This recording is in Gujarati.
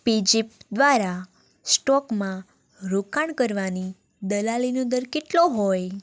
પેઝેપ દ્વારા સ્ટોકમાં રોકાણ કરવાની દલાલીનો દર કેટલો હોય